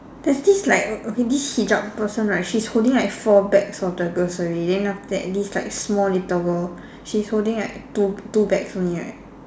there's this like o~ okay this hijab person right she's holding like four bags of the grocery then after that this like small little girl she's holding like two two bags only right